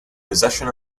possession